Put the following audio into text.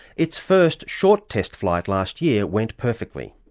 its first short test flight last year went perfectly.